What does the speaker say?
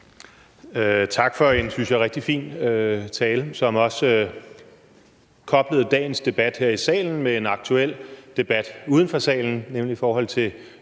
synes jeg, rigtig fin tale, som også koblede dagens debat her i salen med en aktuel debat uden for salen, nemlig om ytringsfrihed.